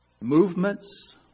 movements